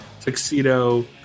Tuxedo